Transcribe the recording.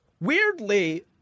weirdly –